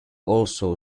also